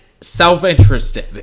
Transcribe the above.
self-interested